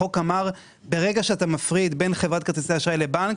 החוק אמר שברגע שאתה מפריד בין חברת כרטיסי האשראי לבנק,